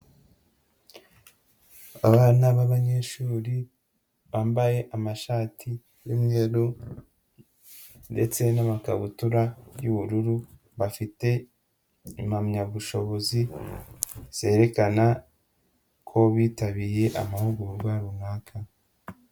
Abana b'abanyeshuri bambaye amashati y'umweru ndetse n'amakabutura y'ubururu, bafite impamyabushobozi zerekana ko bitabiriye amahugurwa runaka.